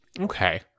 Okay